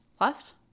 Left